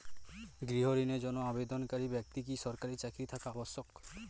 গৃহ ঋণের জন্য আবেদনকারী ব্যক্তি কি সরকারি চাকরি থাকা আবশ্যক?